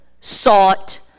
sought